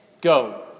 go